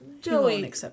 Joey